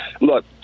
Look